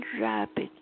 rabbit